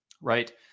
right